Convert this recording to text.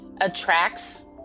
attracts